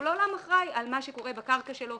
הוא לעולם אחראי על מה שקורה בקרקע שלו,